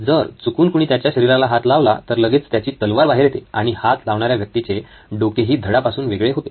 जर चुकून कुणी त्याच्या शरीराला हात लावला तर लगेच त्याची तलवार बाहेर येते आणि हात लावणाऱ्या व्यक्तीचे डोकेही धडापासून वेगळे होते